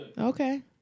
Okay